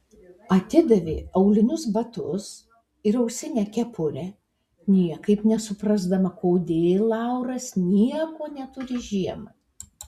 atidavė aulinius batus ir ausinę kepurę niekaip nesuprasdama kodėl lauras nieko neturi žiemai